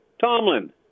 Tomlin